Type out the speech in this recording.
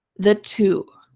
the to.